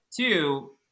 Two